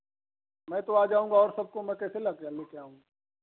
मैं तो आ जाऊँगा और सबको मै कैसे लक् लेकर आऊँगा